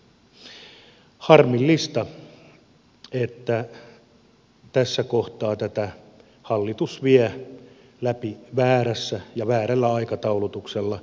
harmillista että tässä kohtaa hallitus vie tätä läpi väärällä aikataulutuksella